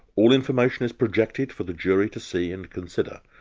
all information is projected for the jury to see and consider.